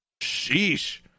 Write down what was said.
Sheesh